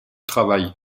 travail